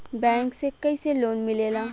Bank से कइसे loan मिलेला?